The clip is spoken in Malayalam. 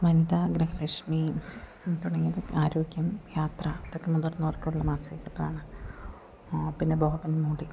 വനിത ഗൃഹലക്ഷ്മി തുടങ്ങിയ ആരോഗ്യം യാത്ര അതൊക്കെ മുതിർന്നവർക്കുള്ള മാസികകളാണ് പിന്നെ ബോബൻ മോളി